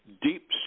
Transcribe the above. deep